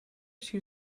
two